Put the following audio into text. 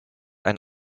ein